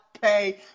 pay